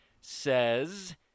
says